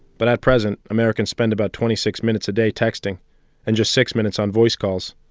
but at present, americans spend about twenty six minutes a day texting and just six minutes on voice calls.